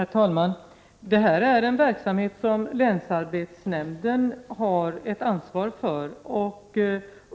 Herr talman! Det här är en verksamhet som länsarbetsnämnden har ett ansvar för.